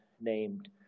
named